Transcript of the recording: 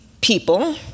people